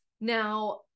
Now